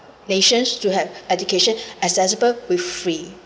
nations to have education accessible with free